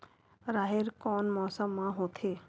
राहेर कोन मौसम मा होथे?